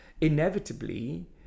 inevitably